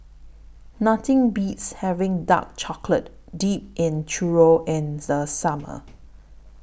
Nothing Beats having Dark Chocolate Dipped Churro in The Summer